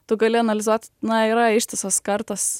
tu gali analizuot na yra ištisos kartos